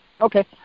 Okay